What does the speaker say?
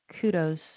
kudos